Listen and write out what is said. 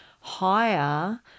higher